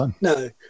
No